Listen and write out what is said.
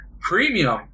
Premium